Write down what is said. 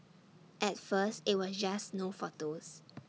at first IT was just no photos